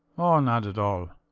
oh, not at all.